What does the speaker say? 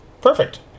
Perfect